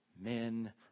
Men